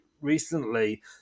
recently